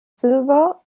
silver